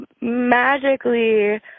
magically